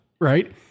Right